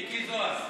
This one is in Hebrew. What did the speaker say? מיקי זוהר.